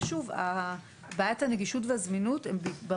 ושוב: בעיית הנגישות והזמינות הן משמעותיות